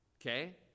Okay